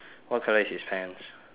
what colour is his pants